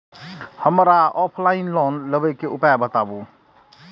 हमरा offline loan लेबे के उपाय बतबु?